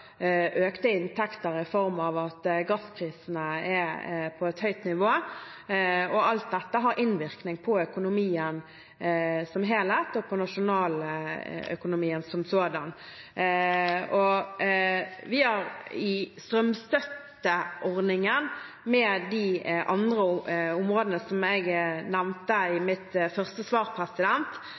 økte inntekter. I tillegg har staten økte inntekter i form av at gassprisene er på et høyt nivå. Alt dette har innvirkning på økonomien som helhet og på nasjonaløkonomien som sådan. Strømstøtteordningen med de områdene som jeg nevnte i mitt første svar: